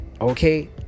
okay